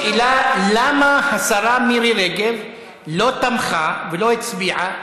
השאלה היא למה השרה מירי רגב לא תמכה ולא הצביעה,